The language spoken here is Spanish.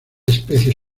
especie